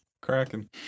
Cracking